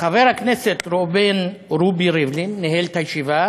חבר הכנסת דאז ראובן רובי ריבלין ניהל את הישיבה